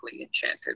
enchanted